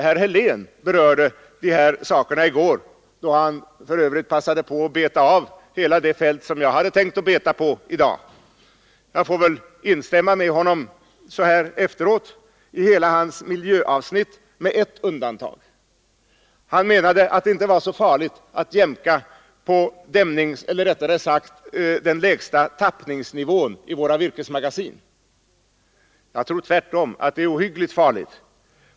Herr Helén berörde dessa saker i går, då han för övrigt passade på att beta av hela det fält som jag hade tänkt att beta på i dag. Jag får nu nöja mig med att instämma med honom i hans miljöavsnitt — med ett undantag. Han menade att det inte var så farligt att jämka på den lägsta tappningsnivån i våra vattenmagasin. Jag tror tvärtom att det är ohyggligt farligt.